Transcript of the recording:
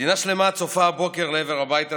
מדינה שלמה צופה הבוקר לעבר הבית הזה,